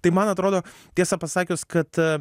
tai man atrodo tiesą pasakius kad